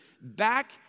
back